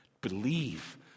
believe